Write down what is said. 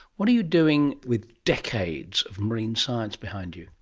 what are you doing with decades of marine science behind you?